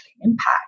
impact